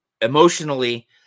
emotionally